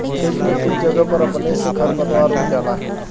खेत में कुछ जगह पर अपने से खर पातवार उग जाला